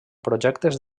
projectes